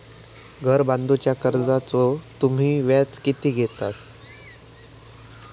घर बांधूच्या कर्जाचो तुम्ही व्याज किती घेतास?